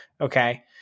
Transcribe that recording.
Okay